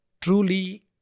truly